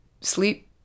sleep